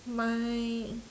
my